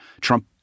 Trump